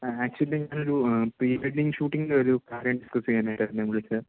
actually ഞാനൊരു pre wedding ഷൂട്ടിന്റെയൊരു കാര്യം ഡിസ്കസ് ചെയ്യാനായിട്ടായിരുന്നു വിളിച്ചത്